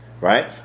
Right